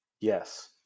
Yes